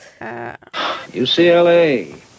UCLA